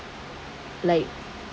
like